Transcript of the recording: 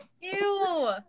Ew